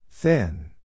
Thin